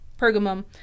Pergamum